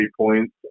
points